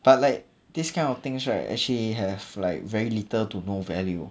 but like this kind of things right actually have like very little to no value